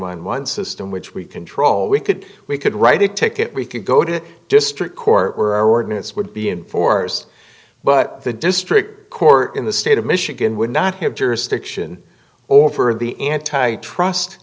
eleven system which we control we could we could write a ticket we could go to district court we're ordinance would be enforced but the district court in the state of michigan would not have jurisdiction over the antitrust